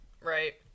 Right